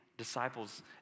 disciples